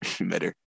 better